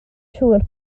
siŵr